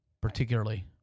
particularly